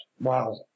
Wow